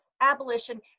abolition